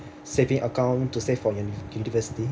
saving account to save for uni~ university